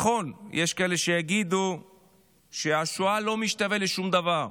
נכון, יש כאלה שיגידו שהשואה לא משתווה לשום דבר.